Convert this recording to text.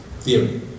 theory